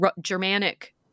Germanic